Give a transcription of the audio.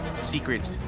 secret